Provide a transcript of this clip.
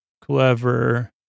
clever